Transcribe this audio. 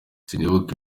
sinibuka